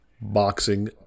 boxing